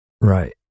right